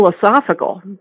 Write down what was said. philosophical